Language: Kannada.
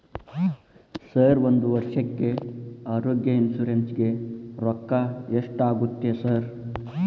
ಸರ್ ಒಂದು ವರ್ಷಕ್ಕೆ ಆರೋಗ್ಯ ಇನ್ಶೂರೆನ್ಸ್ ಗೇ ರೊಕ್ಕಾ ಎಷ್ಟಾಗುತ್ತೆ ಸರ್?